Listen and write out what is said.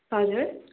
हजुर